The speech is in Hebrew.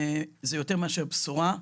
זה יותר מאשר בשורה.